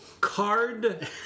card